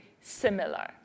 similar